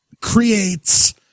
creates